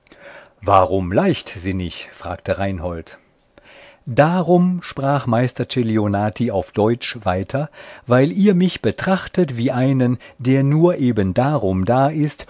warum leichtsinnig fragte reinhold darum sprach meister celionati auf deutsch weiter weil ihr mich betrachtet wie einen der nur eben darum da ist